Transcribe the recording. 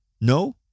No